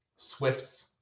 Swift's